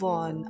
on